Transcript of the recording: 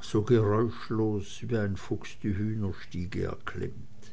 so geräuschlos wie ein fuchs die hühnerstiege erklimmt